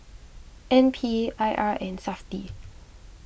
N P I R and SAFTI